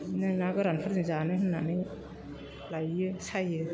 बिदिनो ना गोरानफोरजों जानो होननानै लायो सायो